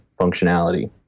functionality